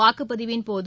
வாக்குப்பதிவின் போது